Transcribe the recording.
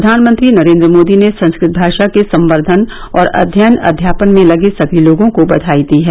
प्रधानमंत्री नरेन्द्र मोदी ने संस्कृत भाषा के संवर्धन और अध्ययन अध्यापन में लगे सभी लोगों को बधाई दी है